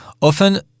Often